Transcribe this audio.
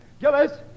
Gillis